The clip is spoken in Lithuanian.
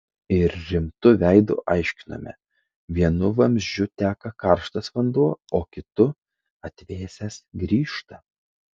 ir rimtu veidu aiškinome vienu vamzdžiu teka karštas vanduo o kitu atvėsęs grįžta